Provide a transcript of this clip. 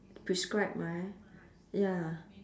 prescribed right ya